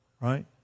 Right